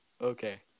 okay